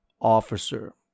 officer